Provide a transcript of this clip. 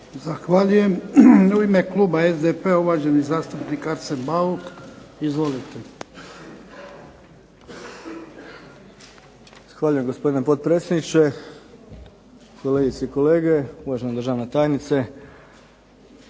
Zahvaljujem. U ime Kluba SDP-a uvaženi zastupnik Arsen Bauk. Izvolite. **Bauk, Arsen (SDP)** Zahvaljujem gospodine potpredsjedniče, kolegice i kolege, uvažena državna tajnice.